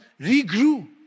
regrew